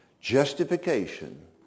Justification